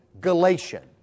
Galatian